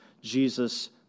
Jesus